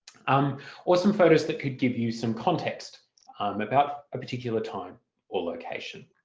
um or some photos that could give you some context um about a particular time or location.